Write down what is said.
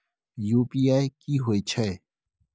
UPI की होय छै?